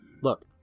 look